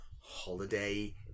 Holiday